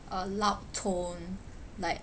a loud tone like